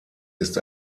ist